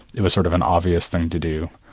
it was sort of an obvious thing to do.